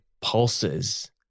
pulses